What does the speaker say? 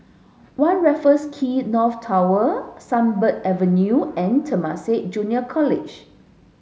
One Raffles Quay North Tower Sunbird Avenue and Temasek Junior College